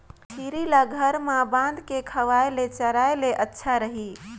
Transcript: छेरी ल घर म बांध के खवाय ले चराय ले अच्छा रही?